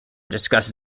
discusses